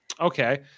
Okay